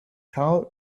karl